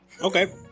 okay